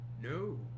No